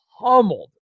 pummeled